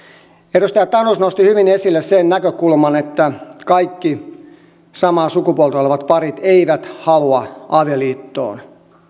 edustaja tanus nosti hyvin esille sen näkökulman että kaikki samaa sukupuolta olevat parit eivät halua avioliittoon